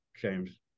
James